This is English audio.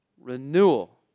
renewal